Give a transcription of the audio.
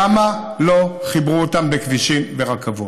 למה לא חיברו אותם בכבישים ורכבות?